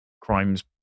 crimes